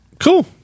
Cool